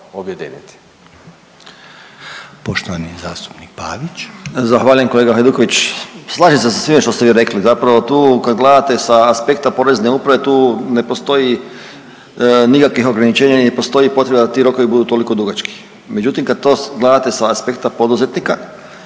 poštovani zastupnik Borić.